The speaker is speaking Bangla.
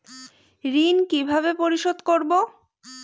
ঋণ কিভাবে পরিশোধ করব?